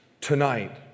tonight